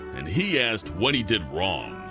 and he asked what he did wrong.